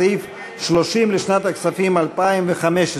סעיף 30 לשנת הכספים 2015,